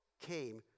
came